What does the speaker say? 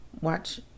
watch